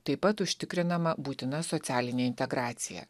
taip pat užtikrinama būtina socialinė integracija